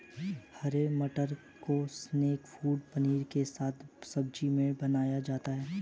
हरे मटर को snack food paneer के साथ सब्जी में बनाया जाता है